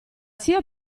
sia